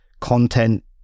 content